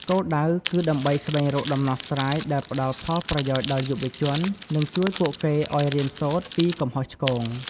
គោលដៅ គឺដើម្បីស្វែងរកដំណោះស្រាយដែលផ្តល់ប្រយោជន៍ដល់យុវជន និងជួយពួកគេឱ្យរៀនសូត្រពីកំហុសឆ្គង។